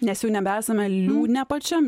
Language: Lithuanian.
nes jau nebesame liūne pačiam